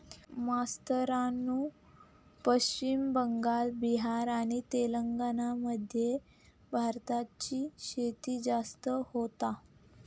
मास्तरानू पश्चिम बंगाल, बिहार आणि तेलंगणा मध्ये भाताची शेती जास्त होता